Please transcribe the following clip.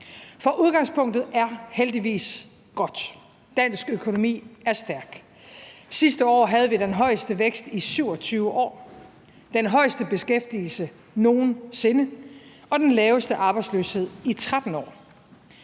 for udgangspunktet er heldigvis godt. Dansk økonomi er stærk. Sidste år havde vi den højeste vækst i 27 år, den højeste beskæftigelse nogen sinde og den laveste arbejdsløshed i 13 år.